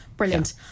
Brilliant